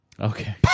Okay